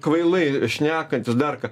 kvailai šnekantis dar ką